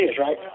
right